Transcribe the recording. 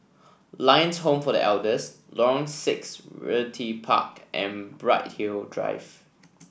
Lions Home for The Elders Lorong Six Realty Park and Bright Hill Drive